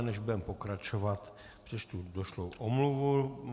Než budeme pokračovat, přečtu došlou omluvu.